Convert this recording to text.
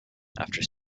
after